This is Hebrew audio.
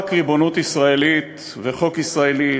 רק ריבונות ישראלית וחוק ישראלי,